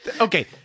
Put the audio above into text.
okay